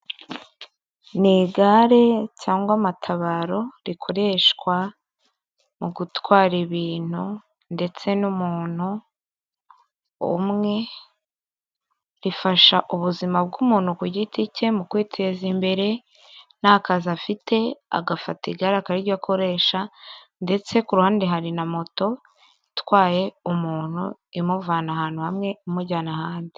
Ni igare cyangwa matabaro rikoreshwa mu gutwara ibintu ndetse n'umuntu umwe, rifasha ubuzima bw'umuntu ku giti cye mu kwiteza imbere nta kazi afite, agafata igare akaba ariryo akoresha ndetse ku ruhande hari na moto itwaye umuntu, imuvana ahantu hamwe imujyana ahandi.